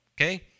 okay